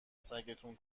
سگتون